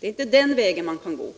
Det är inte den vägen man skall gå.